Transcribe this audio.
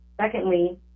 Secondly